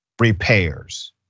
repairs